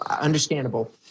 understandable